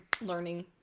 learning